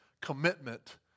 commitment